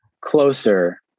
closer